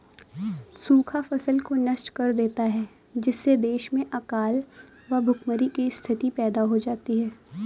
सूखा फसल को नष्ट कर देता है जिससे देश में अकाल व भूखमरी की स्थिति पैदा हो जाती है